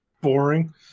boring